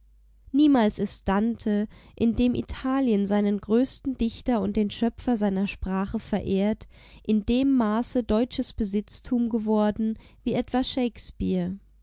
niemals ist dante in dem italien seinen größten dichter und den schöpfer seiner sprache verehrt in dem maße deutsches besitztum geworden wie etwa shakespeare